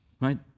right